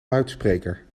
luidspreker